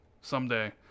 Someday